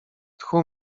tchu